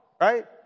right